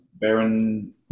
Baron